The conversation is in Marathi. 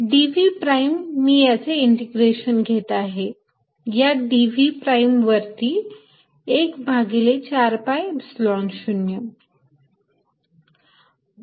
dv प्राईम मी याचे इंटिग्रेशन घेत आहे या dv प्राईम वरती 1 भागिले 4 pi Epsilon 0